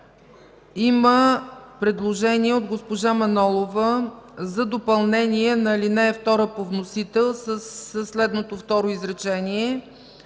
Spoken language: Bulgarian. има предложение от госпожа Манолова за допълнение на ал. 2 по вносител със следното второ изречение: